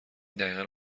دقیقا